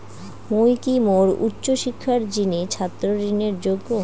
মুই কি মোর উচ্চ শিক্ষার জিনে ছাত্র ঋণের যোগ্য?